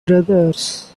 brothers